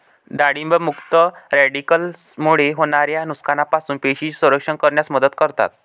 डाळिंब मुक्त रॅडिकल्समुळे होणाऱ्या नुकसानापासून पेशींचे संरक्षण करण्यास मदत करतात